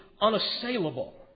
unassailable